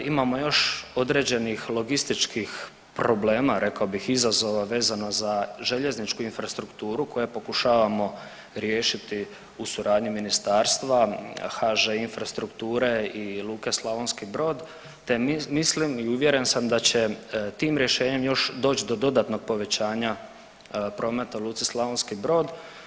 Imamo još određenih logističkih problema, rekao bih, izazova vezano za željezničku infrastrukturu koje pokušavamo riješiti u suradnji Ministarstva, HŽ Infrastrukture i Luke Slavonski Brod te mislim i uvjeren sam da će tim rješenjem još doći do dodatnog povećanja prometa u Luci Slavonski Brod.